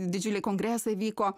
didžiuliai kongresai vyko